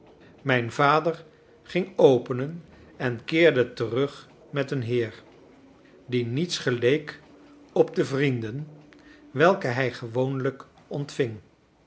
mijn vader ging openen en keerde terug met een heer die niets geleek op de vrienden welke hij gewoonlijk ontving